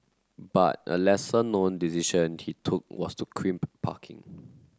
but a lesser known decision he took was to crimp parking